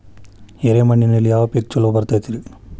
ಎರೆ ಮಣ್ಣಿನಲ್ಲಿ ಯಾವ ಪೇಕ್ ಛಲೋ ಬರತೈತ್ರಿ?